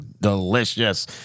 delicious